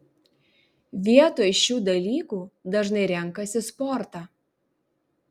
vietoj šių dalykų dažnai renkasi sportą